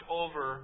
over